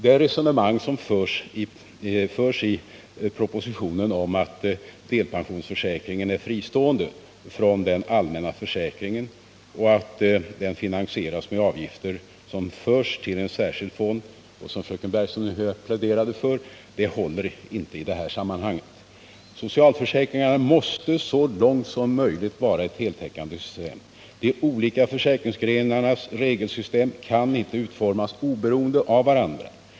Det resonemang som förs i propositionen om att delpensionsförsäkringen är fristående från den allmänna försäkringen och att den finansieras med avgifter som förs till en särskild fond, vilket fröken Bergström nu pläderade för, håller inte i detta sammanhang. Socialförsäkringarna måste så långt möjligt vara ett heltäckande system. De olika försäkringsgrenarnas regelsystem kan inte utformas oberoende av varandra.